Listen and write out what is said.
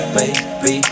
baby